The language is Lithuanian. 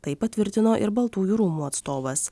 tai patvirtino ir baltųjų rūmų atstovas